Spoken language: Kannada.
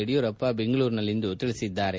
ಯಡಿಯೂರಪ್ಪ ಬೆಂಗಳೂರಿನಲ್ಲಿಂದು ತಿಳಿಸಿದರು